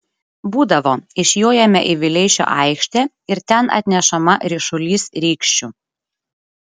būdavo išjojame į vileišio aikštę ir ten atnešama ryšulys rykščių